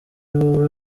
wowe